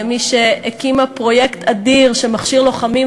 כי את רוב השיער תרמתי לנשים חולות